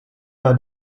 war